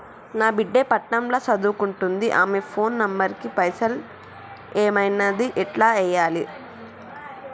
నా బిడ్డే పట్నం ల సదువుకుంటుంది ఆమె ఫోన్ నంబర్ కి పైసల్ ఎయ్యమన్నది ఎట్ల ఎయ్యాలి?